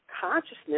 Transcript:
consciousness